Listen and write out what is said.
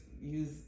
use